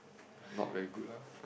not very good lah